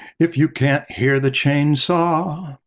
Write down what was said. if you can't hear the chainsaw,